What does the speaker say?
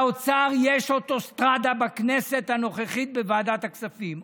לאוצר יש אוטוסטרדה בכנסת הנוכחית בוועדת הכספים.